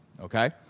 okay